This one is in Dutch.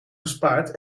gespaard